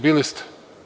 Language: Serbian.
Bili ste.